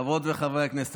חברות וחברי הכנסת,